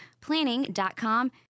planning.com